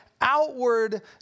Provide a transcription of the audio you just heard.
outward